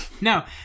no